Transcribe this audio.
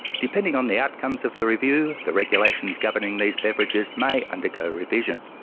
depending on the outcomes of the review the regulations governing these beverages may undergo revision.